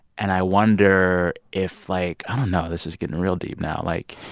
and i wonder if, like ah don't know. this is getting real deep now. like,